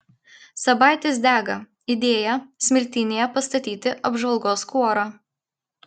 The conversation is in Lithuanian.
sabaitis dega idėja smiltynėje pastatyti apžvalgos kuorą